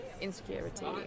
insecurity